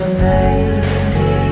baby